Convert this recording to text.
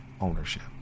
ownership